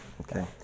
Okay